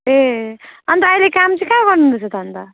ए अन्त अहिले काम चाहिँ कहाँ गर्नुहुँदैछ त अन्त